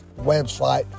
website